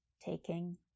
taking